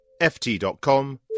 ft.com